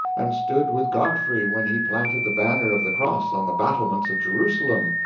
and stood with godfrey when he planted the banner of the cross on the battlements of jerusalem.